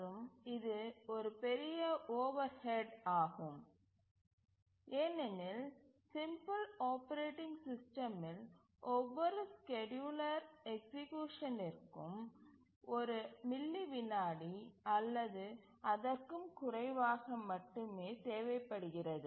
மற்றும் இது ஒரு பெரிய ஓவர்ஹெட் ஆகும் ஏனெனில் சிம்பிள் ஆப்பரேட்டிங் சிஸ்டமில் ஒவ்வொரு ஸ்கேட்யூலர் எக்சீக்யூஷனிற்கும் ஒரு மில்லி விநாடி அல்லது அதற்கும் குறைவாக மட்டுமே தேவைப்படுகிறது